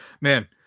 Man